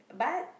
but